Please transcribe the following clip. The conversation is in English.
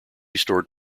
stored